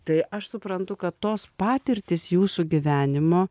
tai aš suprantu kad tos patirtys jūsų gyvenimo